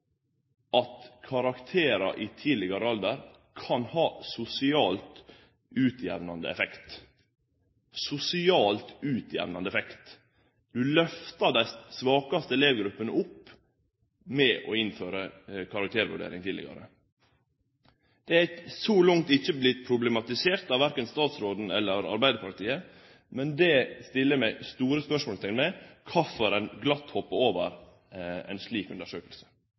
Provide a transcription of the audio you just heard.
at karakterar i tidlegare alder kan ha sosialt utjamnande effekt – sosialt utjamnande effekt. Ein lyfter dei svakaste elevgruppene opp ved å innføre karaktervurdering tidlegare. Det har så langt ikkje vorte problematisert av verken statsråden eller Arbeidarpartiet. Men det eg stiller eit stort spørsmål ved, er kvifor ein glatt hoppar over ei slik